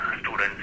students